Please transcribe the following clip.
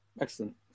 Excellent